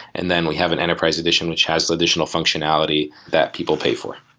and then we have an enterprise edition, which has additional functionality that people pay for.